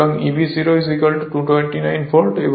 সুতরাং Eb 0 229 volt